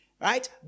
right